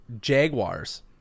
Jaguars